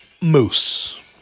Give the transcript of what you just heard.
Moose